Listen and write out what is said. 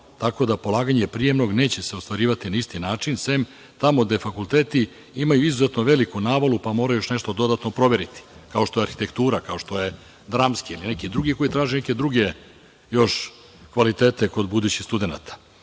tako da polaganje prijemnog neće se ostvarivati na isti način sem tamo gde fakulteti imaju izuzetno veliku navalu, pa moraju još nešto dodatno proveriti, kao što je arhitektura, kao što je dramski ili neki drugi koji traži neke druge kvalitete kod budućih studenata,